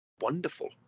wonderful